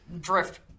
drift